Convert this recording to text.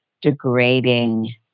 degrading